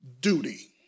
duty